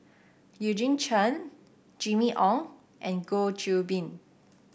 Eugene Chen Jimmy Ong and Goh Qiu Bin